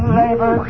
labor